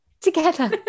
Together